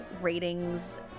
ratings